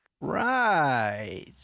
Right